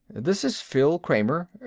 this is phil kramer.